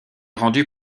rendue